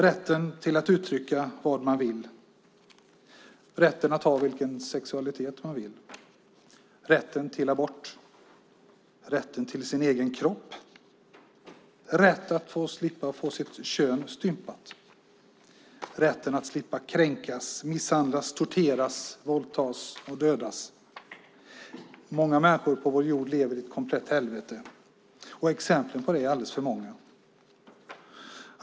Det handlar om rätten att uttrycka vad man vill, rätten att ha vilken sexualitet man vill, rätten till abort, rätten till sin egen kropp, rätten att slippa få sitt kön stympat, rätten att slippa kränkas, misshandlas, torteras, våldtas och dödas. Många människor på vår jord lever i ett komplett helvete, och exemplen på det är alldeles för många.